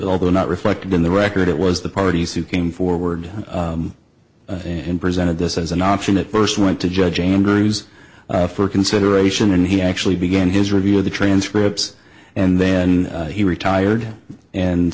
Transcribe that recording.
although not reflected in the record it was the parties who came forward and presented this as an option that first went to judge angries for consideration and he actually began his review of the transcripts and then he retired and